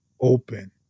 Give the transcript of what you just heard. open